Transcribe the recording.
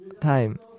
time